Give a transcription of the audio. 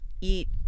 eat